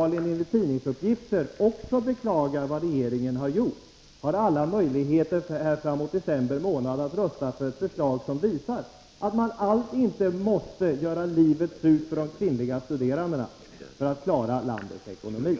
enligt tidningsuppgifter uppenbarligen också beklagar vad regeringen har gjort har alla möjligheter att fram emot december rösta för förslag som visar att man alls inte måste göra livet surt för de kvinnliga studerandena för att klara landets ekonomi.